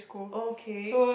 okay